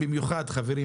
במיוחד חברי,